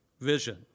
vision